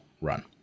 run